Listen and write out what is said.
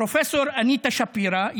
פרופ' אניטה שפירא,